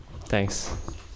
thanks